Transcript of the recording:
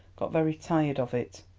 got very tired of it.